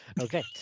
Okay